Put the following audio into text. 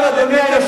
הבאתם